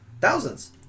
thousands